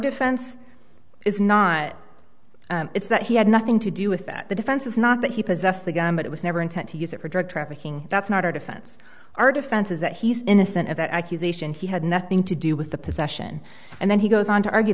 defense is not it's that he had nothing to do with that the defense is not that he possessed the gun but it was never intent to use it for drug trafficking that's not our defense our defense is that he's innocent of that accusation he had nothing to do with the possession and then he goes on to argue